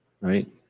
right